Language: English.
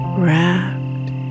wrapped